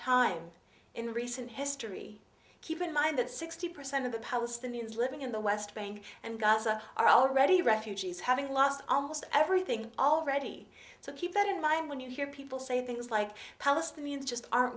time in recent history keep in mind that sixty percent of the palestinians living in the west bank and gaza are already refugees having lost almost everything already so keep that in mind when you hear people say things like palestinians just aren't